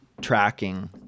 tracking